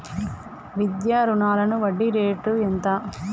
విద్యా రుణాలకు వడ్డీ రేటు ఎంత?